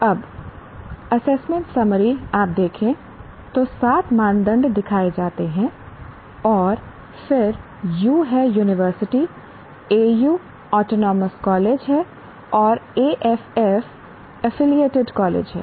अब assessment summary आप देखें तो सात मानदंड दिखाए जाते हैं और फिर U है यूनिवर्सिटी AUऑटोनॉमस कॉलेज है और Aff एफिलिएटेड कॉलेज है